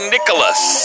Nicholas